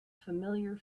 familiar